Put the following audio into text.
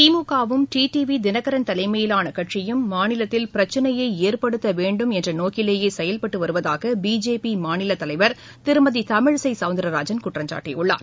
திமுக வும் டி டிவிதினகரன் தலைமையிலானகட்சியும் மாநிலத்தில் பிரச்சினையைஏற்படுத்தவேண்டும் என்றநோக்கிலேயேசெயல்பட்டுவருவதாகபிஜேபிமாநிலத்தலைவர் திருமதிதமிழிசைசௌந்தரராஜன் குற்றம் சாட்டியுள்ளார்